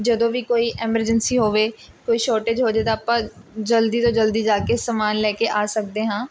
ਜਦੋਂ ਵੀ ਕੋਈ ਐਮਰਜੈਂਸੀ ਹੋਵੇ ਕੋਈ ਸ਼ੌਰਟੇਜ ਹੋ ਜਾਵੇ ਤਾਂ ਆਪਾਂ ਜਲਦੀ ਤੋਂ ਜਲਦੀ ਜਾ ਕੇ ਸਮਾਨ ਲੈ ਕੇ ਆ ਸਕਦੇ ਹਾਂ